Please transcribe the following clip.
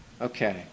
Okay